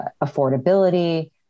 affordability